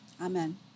amen